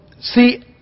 see